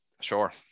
Sure